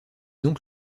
donc